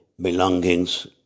belongings